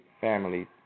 families